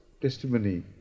testimony